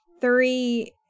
Three